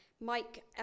Mike